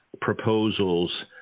proposals